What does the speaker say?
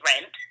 rent